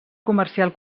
comercial